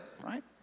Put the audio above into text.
right